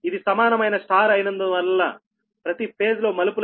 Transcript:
ఇది సమానమైన Y అయినందువలన ప్రతి ఫేజ్ లో మలుపుల సంఖ్య వచ్చి N23